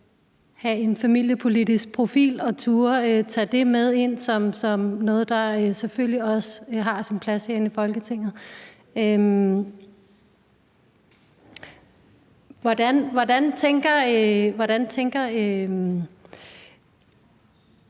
have en familiepolitisk profil og turde at tage det med ind som noget, der selvfølgelig også har sin plads herinde i Folketinget. Hvad tænker